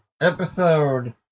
episode